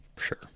Sure